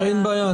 אין בעיה.